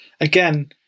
Again